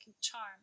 charm